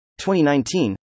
2019